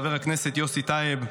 חבר הכנסת יוסי טייב,